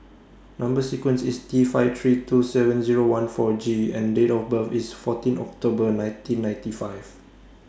Number sequence IS T five three two seven Zero one four G and Date of birth IS fourteen October nineteen fifty five